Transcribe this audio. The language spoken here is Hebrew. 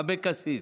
אבקסיס.